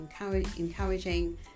encouraging